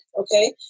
okay